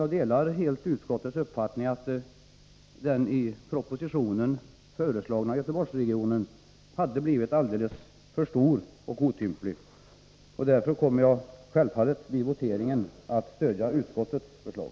Jag delar helt utskottets uppfattning att den i propositionen föreslagna Göteborgsregionen hade blivit alldeles för stor och otymplig. Därför kommer jag självfallet att vid voteringen stödja utskottets förslag.